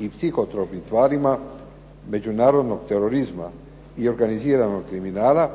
i psihotropnim tvarima međunarodnog terorizma i organiziranog kriminala